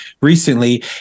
recently